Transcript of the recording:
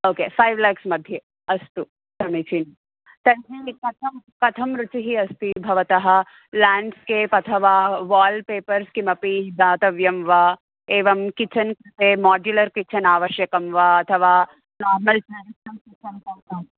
ओ के five lakhs मध्ये अस्तु समीचीनं तर्हि कथं कथं रुचिः अस्ति भवतः लेण्ड्स्केप् अथवा वाल् पेपर्स् किमपि दातव्यं वा एवं किचन् कृते माड्युलर् किचन् आवश्यकं वा अथवा नार्मल् ट्राडि्शनल् किचन् भवतां